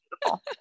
beautiful